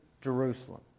Jerusalem